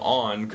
on